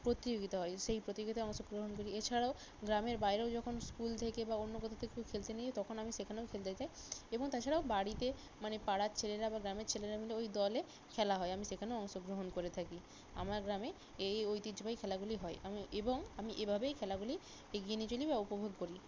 প্রতিযোগিতা হয় সেই প্রতিযোগিতায় অংশগ্রহণ করি এছাড়াও গ্রামের বাইরেও যখন স্কুল থেকে বা অন্য কোথাও থেকেও খেলতে নিয়ে যায় তখন আমি সেখানেও খেলতে যাই এবং তাছাড়াও বাড়িতে মানে পাড়ার ছেলেরা বা গ্রামের ছেলেরা মিলে ওই দলে খেলা হয় আমি সেখানেও অংশগ্রহণ করে থাকি আমার গ্রামে এই ঐতিহ্যবাহী খেলাগুলি হয় আমি এবং আমি এভাবেই খেলাগুলি এগিয়ে নিয়ে চলি বা উপভোগ করি